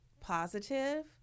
positive